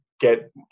get